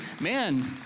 man